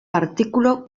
artikulu